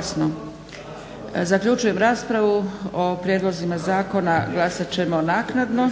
… Zaključujem raspravu. O prijedlozima zakona glasat ćemo naknadno.